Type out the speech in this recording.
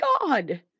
God